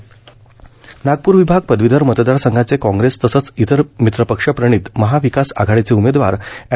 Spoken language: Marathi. वंजारी पत्र परिषद नागप्र विभाग पदवीधर मतदार संघाचे काँग्रेस तसेच इतर मित्र पक्ष प्रणित महाविकास आघाडीचे उमेदवार अँड